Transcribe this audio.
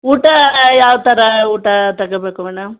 ಊಟ ಯಾವ ಥರ ಊಟ ತಗೋಬೇಕು ಮೇಡಮ್